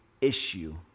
issue